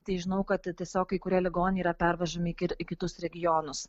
tai žinau kad tai tiesiog kai kurie ligoniai yra pervežami ir į kitus regionus